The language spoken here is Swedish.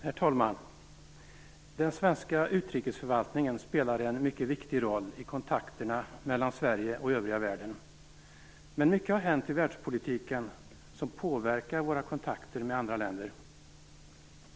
Herr talman! Den svenska utrikesförvaltningen spelar en mycket viktig roll i kontakterna mellan Sverige och övriga världen. Men mycket har hänt i världspolitiken som påverkar våra kontakter med andra länder.